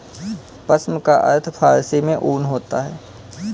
पश्म का अर्थ फारसी में ऊन होता है